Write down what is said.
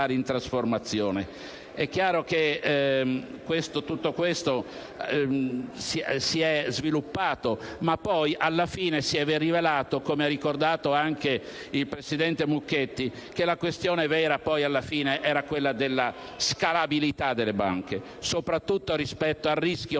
È chiaro che tutto questo si è sviluppato, ma poi alla fine - come ha ricordato anche il presidente Mucchetti - la questione vera si è rivelata essere la scalabilità delle banche, soprattutto rispetto al rischio della